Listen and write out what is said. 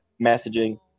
messaging